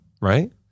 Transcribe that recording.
Right